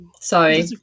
sorry